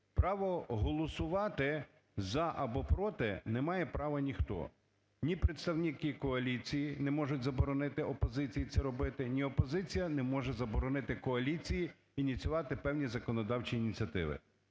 Право голосувати за або проти немає права ніхто, ні представники коаліції, не можуть заборонити опозиції це робити, ні опозиція не може заборонити коаліції ініціювати певні законодавчі ініціативи.